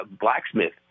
blacksmith